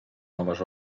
noves